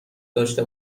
داشته